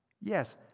Yes